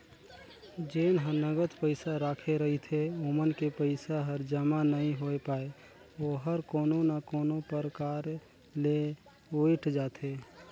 जेन ह नगद पइसा राखे रहिथे ओमन के पइसा हर जमा नइ होए पाये ओहर कोनो ना कोनो परकार ले उइठ जाथे